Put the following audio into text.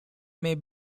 may